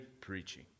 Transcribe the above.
preaching